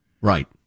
Right